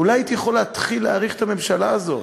אולי הייתי יכול להתחיל להעריך את הממשלה הזאת.